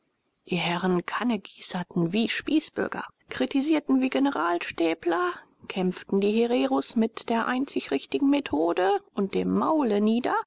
die herren kannegießerten wie spießbürger kritisierten wie generalstäbler kämpften die hereros mit der einzig richtigen methode und dem maule nieder